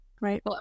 right